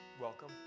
welcome